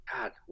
God